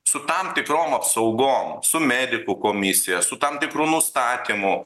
su tam tikrom apsaugom su medikų komisija su tam tikru nustatymu